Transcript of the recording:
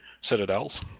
citadels